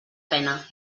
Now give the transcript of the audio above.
pena